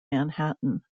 manhattan